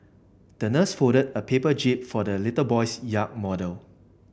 the nurse folded a paper jib for the little boy's yacht model